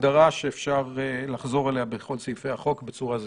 הגדרה שאפשר לחזור עליה בכל סעיפי החוק בצורה זהה.